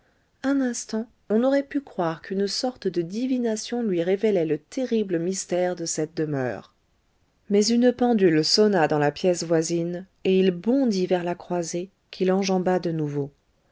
un instant on aurait pu croire qu'une sorte de divination lui révélait le terrible mystère de cette demeure mais une pendule sonna dans la pièce voisine et il bondit vers la croisée qu'il enjamba de nouveau